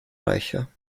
reicher